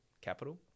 capital